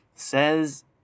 Says